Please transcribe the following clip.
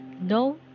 No